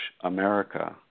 America